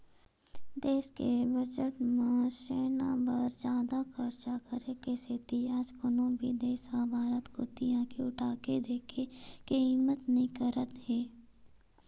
देस के बजट म सेना बर जादा खरचा करे के सेती आज कोनो भी देस ह भारत कोती आंखी उठाके देखे के हिम्मत नइ करत हे